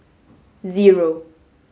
zero